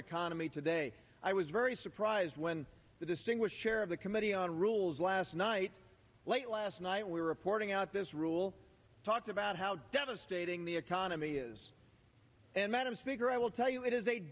economy today i was very surprised when the distinguished chair of the committee on rules last night late last night we were reporting out this rule talked about how devastating the economy is and madam speaker i will tell you it is